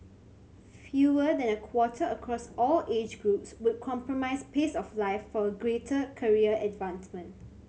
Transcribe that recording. fewer than a quarter across all age groups would compromise pace of life for greater career advancement